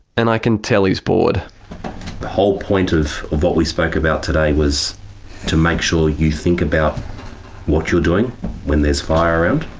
and i can tell he's bored. the whole point of what we spoke about today was to make sure you think about what you're doing when there's fire around,